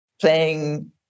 playing